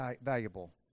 valuable